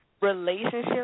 Relationship